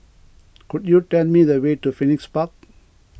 could you tell me the way to Phoenix Park